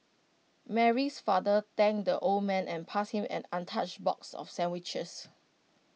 Mary's father thanked the old man and passed him an untouched box of sandwiches